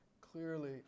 Clearly